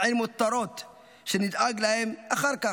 מעין מותרות שנדאג להם אחר כך,